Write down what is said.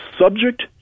subject